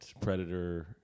predator